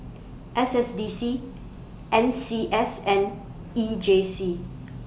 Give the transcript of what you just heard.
S S D C N C S and E J C